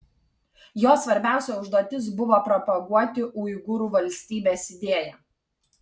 jo svarbiausia užduotis buvo propaguoti uigūrų valstybės idėją